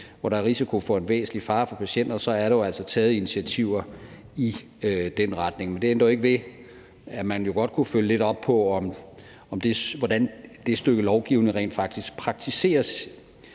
hvor der er risiko for en væsentlig fare for patienterne, er der jo altså taget initiativer i den retning. Men det ændrer jo ikke ved, at man godt kunne følge lidt op på, hvordan det stykke lovgivning rent faktisk praktiseres.